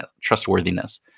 trustworthiness